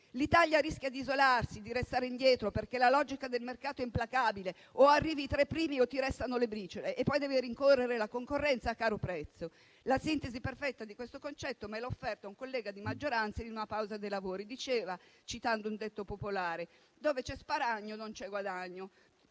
L'Italia rischia di isolarsi e di restare indietro, perché la logica del mercato è implacabile: o arrivi tra i primi o ti restano le briciole, e poi devi rincorrere la concorrenza a caro prezzo. La sintesi perfetta di questo concetto me l'ha offerta un collega di maggioranza in una pausa dei lavori. Diceva, citando un detto popolare: dove c'è sparagno non c'è guadagno